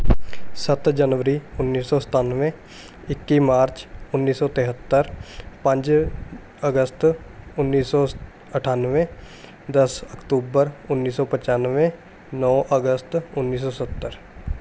ਸੱਤ ਜਨਵਰੀ ਉੱਨੀ ਸੌ ਸਤਾਨਵੇਂ ਇੱਕੀ ਮਾਰਚ ਉੱਨੀ ਸੌ ਤਿਹੱਤਰ ਪੰਜ ਅਗਸਤ ਉੱਨੀ ਸੌ ਸ ਅਠਾਨਵੇਂ ਦਸ ਅਕਤੂਬਰ ਉੱਨੀ ਸੌ ਪਚਾਨਵੇਂ ਨੌ ਅਗਸਤ ਉੱਨੀ ਸੌ ਸੱਤਰ